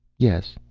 yes.